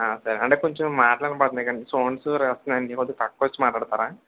సరే అంటే కొంచెం మాటలు వినబడుతున్నాయి సౌండ్స్ వస్తున్నాయి అండి కొంచెం పక్కకి వచ్చి మాట్లాడతారా